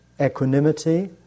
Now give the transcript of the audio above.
equanimity